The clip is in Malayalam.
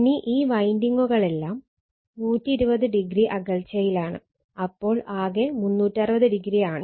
ഇനി ഈ വൈൻഡിങ്ങുകളെല്ലാം 120o അകൽച്ചയിലാണ് അപ്പോൾ ആകെ 360o ആണ്